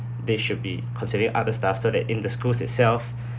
they should be considering other stuff so that in the school itself